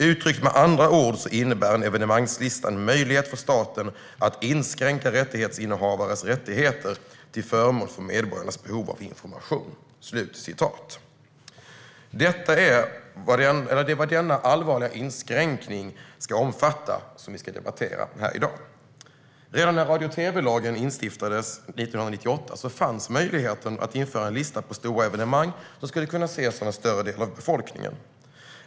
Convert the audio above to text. Uttryckt med andra ord innebär en evenemangslista en möjlighet för staten att inskränka rättighetsinnehavares rättigheter till förmån för medborgarnas behov av information. Det är vad denna allvarliga inskränkning ska omfatta som vi ska debattera här i dag. Redan när radio och tv-lagen instiftades 1998 fanns möjligheten att införa en lista på stora evenemang som skulle kunna ses av en större del av befolkningen.